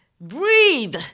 Breathe